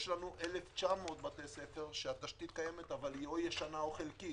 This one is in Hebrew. יש לנו 1,900 בתי ספר שהתשתית קיימת אבל היא או ישנה או חלקית.